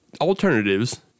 alternatives